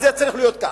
אז זה צריך להיות כך.